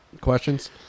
questions